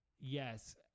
Yes